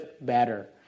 better